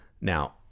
now